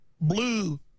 blue